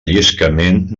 lliscament